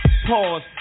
Pause